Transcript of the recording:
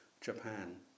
Japan